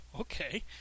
Okay